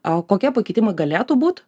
o kokie pakeitimai galėtų būt